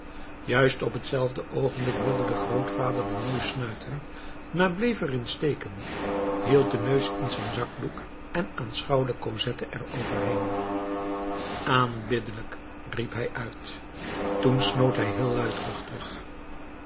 juist op hetzelfde oogenblik wilde de grootvader den neus snuiten maar bleef er in steken hield den neus in zijn zakdoek en aanschouwde cosette er overheen aanbiddelijk riep hij uit toen snoot hij heel luidruchtig